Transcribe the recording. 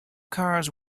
cars